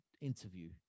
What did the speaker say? interview